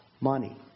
money